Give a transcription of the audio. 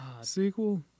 sequel